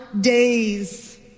days